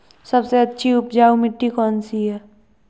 सबसे अच्छी उपजाऊ मिट्टी कौन सी है?